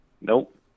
nope